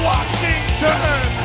Washington